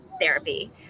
therapy